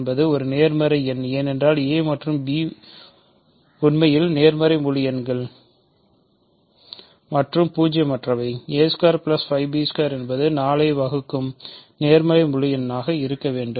என்பது ஒரு நேர்மறையான எண் ஏனென்றால் a மற்றும் b மற்றும் உண்மையில் நேர்மறை முழு எண் மற்றும் பூஜ்யமற்றவை என்பது 4 ஐ வகுக்கும் நேர்மறை முழு எண்ணாக இருக்க வேண்டும்